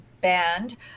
band